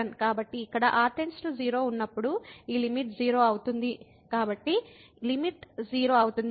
కాబట్టి ఇక్కడ r → 0 ఉన్నప్పుడు ఈ లిమిట్ 0 అవుతుంది కాబట్టి లిమిట్ 0 అవుతుంది